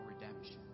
redemption